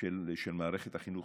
של מערכת החינוך,